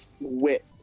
wit